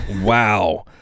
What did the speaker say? Wow